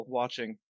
watching